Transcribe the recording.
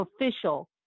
official